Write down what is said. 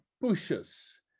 pushes